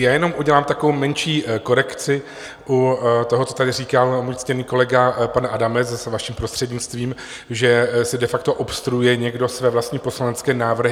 Já jenom udělám takovou menší korekci u toho, co tady říkal můj ctěný kolega pan Adamec, zase vaším prostřednictvím, že si de facto obstruuje někdo své vlastní poslanecké návrhy.